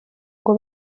ngo